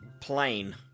Plane